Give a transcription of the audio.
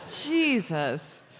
Jesus